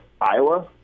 Iowa